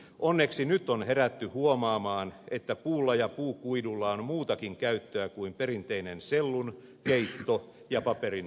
onneksi nyt on herätty huomaamaan että puulla ja puukuidulla on muutakin käyttöä kuin perinteinen sellunkeitto ja paperinvalmistus